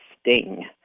Sting